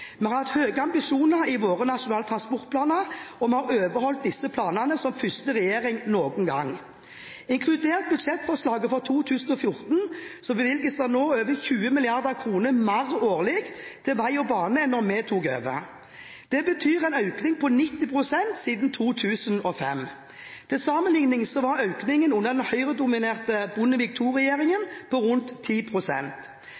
Vi har hatt høye ambisjoner i våre nasjonale transportplaner, og vi har overholdt disse planene som første regjering noen gang. Inkludert budsjettforslaget for 2014 bevilges det nå over 20 mrd. kr mer årlig til vei og bane enn da vi tok over. Det betyr en økning på 90 pst. siden 2005. Til sammenligning var økningen under den Høyre-dominerte Bondevik